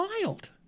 wild